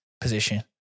position